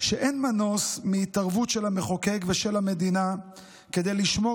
שאין מנוס מהתערבות של המחוקק ושל המדינה כדי לשמור